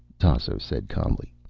tasso said calmly.